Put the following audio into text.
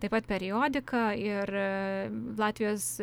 taip pat periodiką ir latvijos